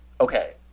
Okay